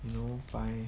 you know by